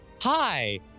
hi